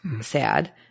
sad